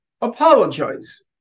apologize